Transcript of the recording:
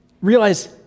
realize